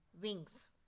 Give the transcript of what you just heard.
wings